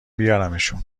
بیارمشون